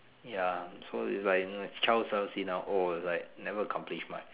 ya so it's like child self see now oh like never complete much